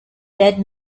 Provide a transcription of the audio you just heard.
dead